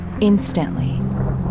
instantly